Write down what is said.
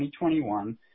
2021